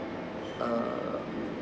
uh